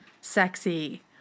sexy